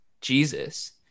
Jesus